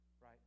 Right